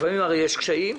לפעמים הרי יש קשיים.